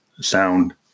sound